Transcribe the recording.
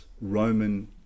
Roman